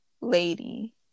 lady